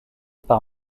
par